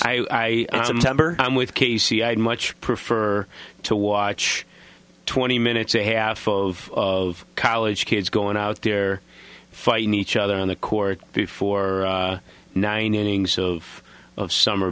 i i'm with k c i'd much prefer to watch twenty minutes a half full of of college kids going out there fighting each other on the court before nine innings of of summer